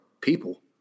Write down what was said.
people